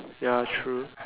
ya true